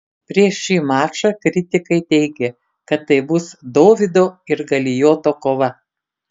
prieš šį mačą kritikai teigė kad tai bus dovydo ir galijoto kova